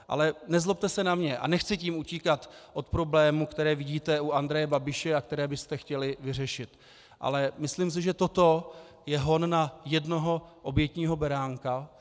Ale nezlobte se na mě, a nechci tím utíkat od problémů, které vidíte u Andreje Babiše a které byste chtěli vyřešit, ale myslím si, že toto je hon na jednoho obětního beránka.